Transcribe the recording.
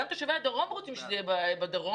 גם תושבי הדרום רוצים שזה יהיה בדרום